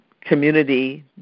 community